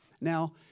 Now